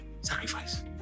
sacrifice